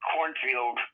Cornfield